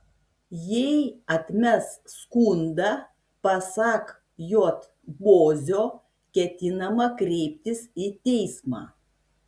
jei atmes skundą pasak j bozio ketinama kreiptis į teismą